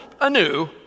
anew